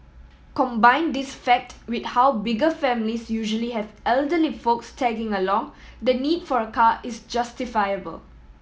combine this fact with how bigger families usually have elderly folks tagging along the need for a car is justifiable